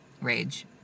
Rage